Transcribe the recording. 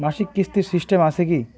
মাসিক কিস্তির সিস্টেম আছে কি?